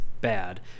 bad